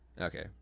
Okay